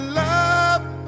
love